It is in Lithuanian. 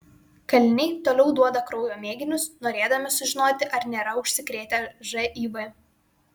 kaliniai toliau duoda kraujo mėginius norėdami sužinoti ar nėra užsikrėtę živ